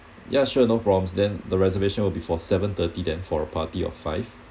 ya sure no problems then the reservation will be for seven thirty then for a party of five